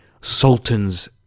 sultan's